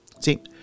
See